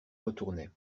retournait